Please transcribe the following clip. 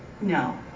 No